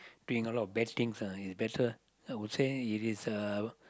doing a lot of bad things lah better I would say it is uh